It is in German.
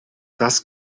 das